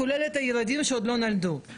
כולל הילדים שעוד לא נולדו.